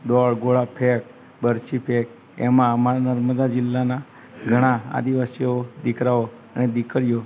દોડ ગોળા ફેંક બરછી ફેંક એમાં અમારા નર્મદા જિલ્લાના ઘણા આદિવાસીઓ દીકરાઓને દીકરીઓ